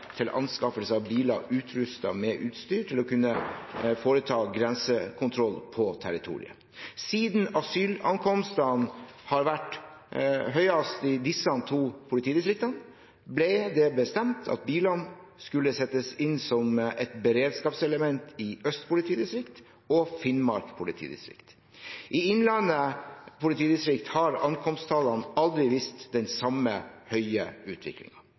til anskaffelse av biler utrustet med utstyr til å kunne foreta grensekontroll på territoriet. Siden asylankomstene har vært høyest i disse to politidistriktene, ble det bestemt at bilene skulle settes inn som et beredskapselement i Øst politidistrikt og Finnmark politidistrikt. I Innlandet politidistrikt har ankomsttallene aldri vist den samme høye